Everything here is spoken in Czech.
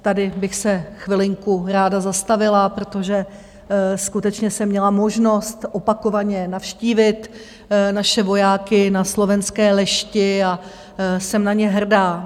Tady bych se na chvilinku ráda zastavila, protože skutečně jsem měla možnost opakovaně navštívit naše vojáky ve slovenské Lešti a jsem na ně hrdá.